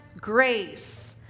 grace